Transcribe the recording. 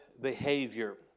behavior